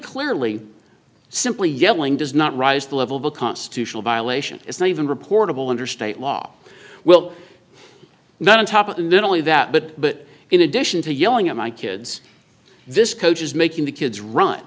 clearly simply yelling does not rise to the level of a constitutional violation it's not even reportable under state law well not on top of the not only that but but in addition to yelling at my kids this coach is making the kids run